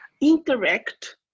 interact